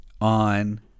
on